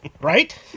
right